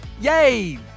Yay